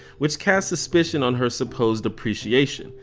which casts suspicion on her supposed appreciation,